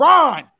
Ron